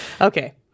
Okay